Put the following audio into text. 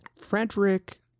Frederick